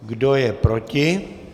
Kdo je proti?